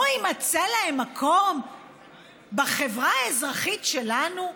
לא יימצא להם מקום בחברה האזרחית שלנו?